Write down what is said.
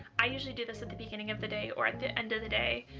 i usually do this at the beginning of the day or at the end of the day,